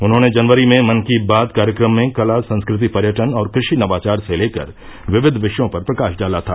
उन्होंने जनवरी मे मन की बात कार्यक्रम में कला संस्कृति पर्यटन और कृषि नवाचार से लेकर विविध विषयों पर प्रकाश डाला था